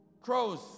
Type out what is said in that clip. Crows